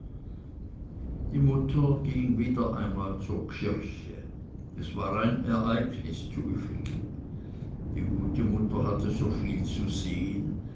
die mutter ging einmal wieder zur kirche es war ein ereignis zu üfligen die gute mutter hatte so viel zu sehen